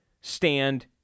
stand